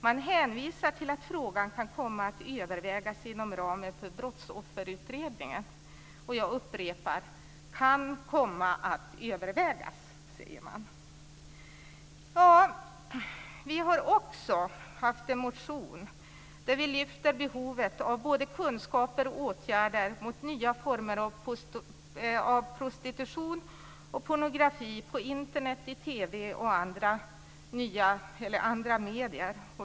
Man hänvisar till att frågan kan komma att övervägas inom ramen för Brottsofferutredningen. Jag upprepar: kan komma att övervägas. Vi har också väckt en motion där vi lyfter behovet av både kunskaper om och åtgärder mot nya former av prostitution och pornografi på Internet, i TV och i andra medier.